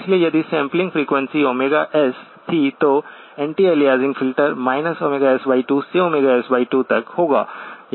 इसलिए यदि sampling frequency omega S थी तो एंटी अलियासिंग फिल्टर S2 से S2 तक होगा